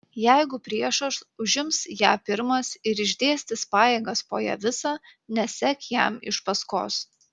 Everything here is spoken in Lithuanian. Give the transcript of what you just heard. jeigu priešas užims ją pirmas ir išdėstys pajėgas po ją visą nesek jam iš paskos